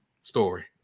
story